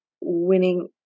winning